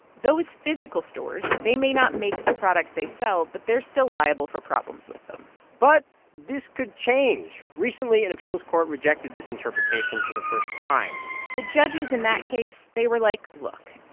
those physical stores, they may not make the products they sell, but they're still liable for problems with them but this could change. recently, an appeals court rejected this interpretation for the first time the judges in that case, they were like, look.